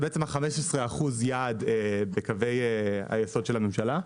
זה בעצם 15% יעד בקווי היסוד של הממשלה.